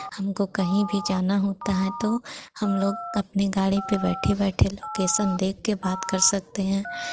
हमको कहीं भी जाना होता है तो हम लोग अपने गाड़ी पे बैठे बैठे लोकेशन देख के बात कर सकते हैं